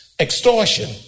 Extortion